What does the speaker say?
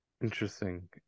Interesting